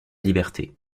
liberté